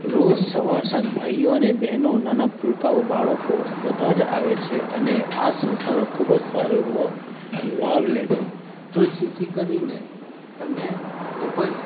રોજ સવાર સાંજ ભાઈઓ અને બહેનો નાના ભૂલકાઓ બાળકો બધા જ આવે છે અને આ સંસ્થાનો ખૂબ જ સારો એવો લાભ લે છે તો જેથી કરીને તમે ખૂબ જ